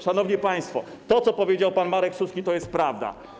Szanowni państwo, to, co powiedział pan Marek Suski, to jest prawda.